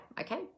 okay